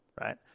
right